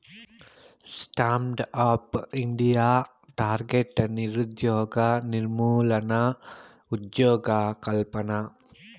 stand up India target నిరుద్యోగ నిర్మూలన, ఉజ్జోగకల్పన